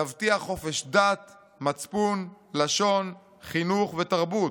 תבטיח חופש דת, מצפון, לשון, חינוך ותרבות,